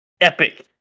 epic